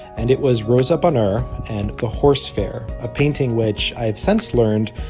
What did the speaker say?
and it was rosa bonheur and the horse fair, a painting which, i have since learned,